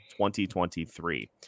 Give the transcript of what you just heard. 2023